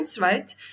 right